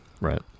right